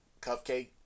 cupcake